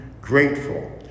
grateful